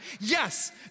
Yes